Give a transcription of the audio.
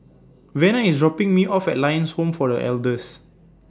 Vena IS dropping Me off At Lions Home For The Elders